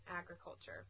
agriculture